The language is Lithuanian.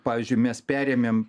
pavyzdžiui mes perėmėm